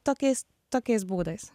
tokiais tokiais būdais